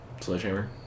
Sledgehammer